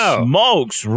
smokes